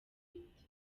bite